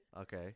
Okay